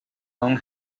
own